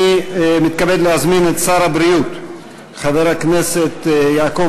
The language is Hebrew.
אני מתכבד להזמין את שר הבריאות חבר הכנסת יעקב